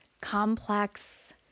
complex